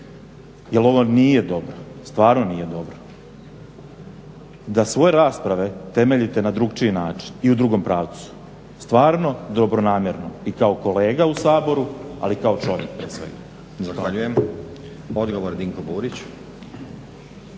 jel ovo nije dobro, stvarno nije dobro da svoje rasprave temeljite na drukčiji način i u drugom pravcu, stvarno dobronamjerno i kao kolega u Saboru ali kao i čovjek prije svega. Zahvaljujem.